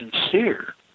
sincere